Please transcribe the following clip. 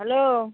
hello